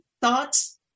thoughts